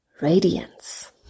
radiance